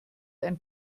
ein